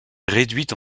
réduites